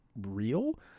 real